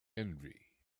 envy